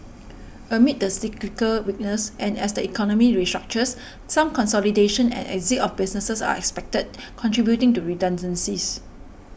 amid the cyclical weakness and as the economy restructures some consolidation and exit of businesses are expected contributing to redundancies